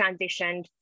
transitioned